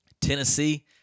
Tennessee